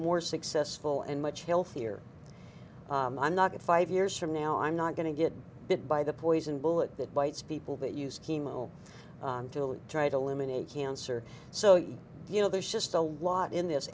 more successful and much healthier i'm not in five years from now i'm not going to get bit by the poison bullet that bites people that used chemo until try to eliminate cancer so you know there's just a lot in this